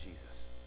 Jesus